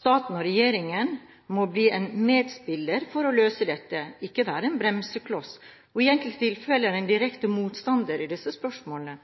Staten og regjeringen må bli en medspiller for å løse dette, ikke være en bremsekloss og i enkelte tilfeller en direkte motstander i disse spørsmålene.